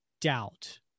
doubt